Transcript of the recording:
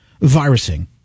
virusing